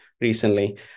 recently